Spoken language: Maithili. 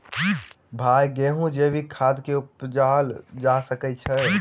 भाई गेंहूँ जैविक खाद सँ उपजाल जा सकै छैय?